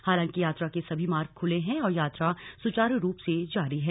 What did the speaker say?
हालांकि यात्रा के सभी मार्ग खुले हैं और यात्रा सुचारू रूप से जारी है